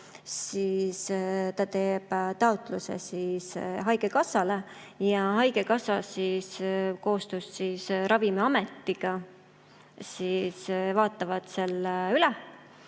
siis ta teeb taotluse haigekassale ja haigekassa koostöös Ravimiametiga vaatab selle üle